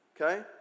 okay